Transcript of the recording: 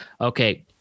Okay